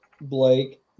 Blake